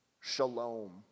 shalom